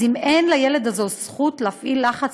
אז אם אין לילד הזה זכות להפעיל לחץ